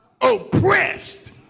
oppressed